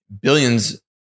billions